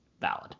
valid